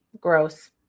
gross